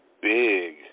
big